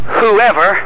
whoever